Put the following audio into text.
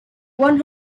one